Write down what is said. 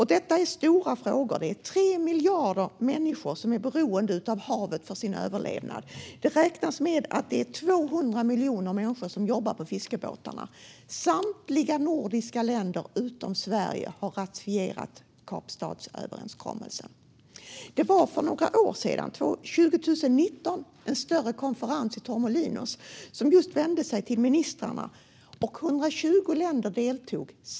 Detta är stora frågor, för 3 miljarder människor är beroende av havet för sin överlevnad. Det beräknas att 200 miljoner människor jobbar på fiskebåtar. Samtliga nordiska länder utom Sverige har ratificerat Kapstadenavtalet. År 2019 hölls en större konferens i Torremolinos som just vände sig till ministrarna. Det var 120 länder som deltog.